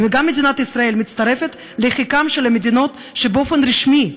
וגם מדינת ישראל מצטרפת לחיקן של המדינות שבאופן רשמי,